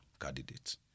candidates